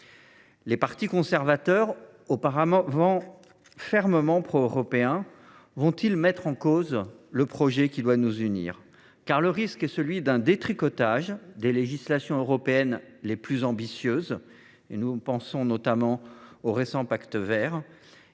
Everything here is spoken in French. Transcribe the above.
Les partis conservateurs, apparemment fermement pro européens, mettront ils en cause le projet qui doit nous unir ? Le risque est celui d’un détricotage des législations européennes les plus ambitieuses – nous pensons notamment au récent Pacte vert